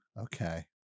Okay